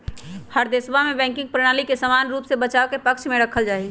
हर देशवा में बैंकिंग प्रणाली के समान रूप से बचाव के पक्ष में रखल जाहई